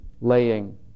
laying